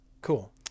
cool